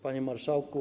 Panie Marszałku!